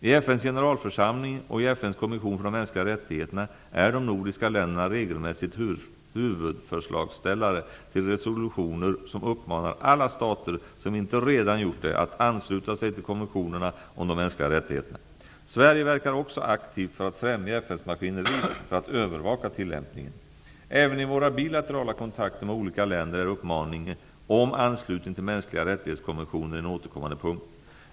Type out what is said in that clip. I FN:s generalförsamling och i FN:s kommission för de mänskliga rättigheterna är de nordiska länderna regelmässigt huvudförslagsställare till resolutioner som uppmanar alla stater som inte redan gjort det att ansluta sig till konventionerna om de mänskliga rättigheterna. Sverige verkar också aktivt för att främja FN:s maskineri för att övervaka tillämpningen. Även i våra bilaterala kontakter med olika länder är uppmaning om anslutning till mänskliga rättighetskonventioner en återkommande punkt.